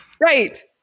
Right